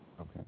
Okay